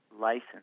license